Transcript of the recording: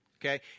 okay